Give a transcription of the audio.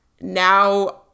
now